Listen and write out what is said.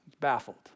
baffled